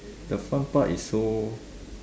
the front part is so